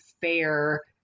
fair